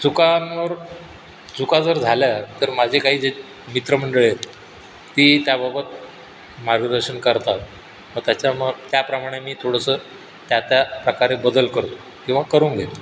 चुकांवर चुका जर झाल्या तर माझी काही जी मित्रमंडळी आहेत ती त्याबाबत मार्गदर्शन करतात मग त्याच्या मग त्याप्रमाणे मी थोडंसं त्या त्या प्रकारे बदल करतो किंवा करून घेतो